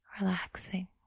relaxing